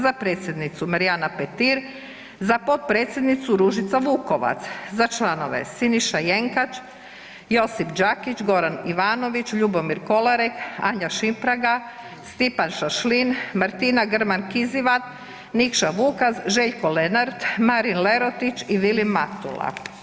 Za predsjednicu Marijana Petir, za potpredsjednicu Ružica Vukovac, za članove: Siniša Jenkač, Josip Đakić, Goran Ivanović, Ljubomir Kolarek, Anja Šimpraga, Stipan Šašlin, Martina Grman Kizivat, Nikša Vukas, Željko Lenart, Marin Lerotić i Vilim Matula.